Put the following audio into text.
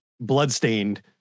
bloodstained